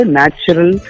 natural